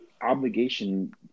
obligation